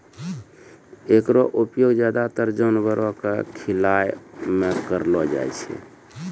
एकरो उपयोग ज्यादातर जानवरो क खिलाय म करलो जाय छै